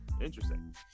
interesting